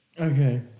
Okay